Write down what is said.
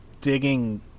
digging